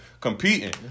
competing